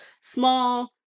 small